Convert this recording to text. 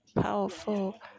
powerful